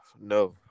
no